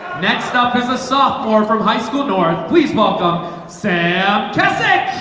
next up is a sophomore from high school north, please. welcome sam tessick